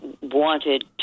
wanted